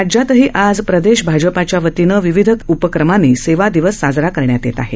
राज्यातही आज प्रदेश भाजपच्या वतीनं विविध उपक्रमाने सेवा दिवस साजरा करण्यात येत आहे